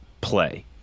play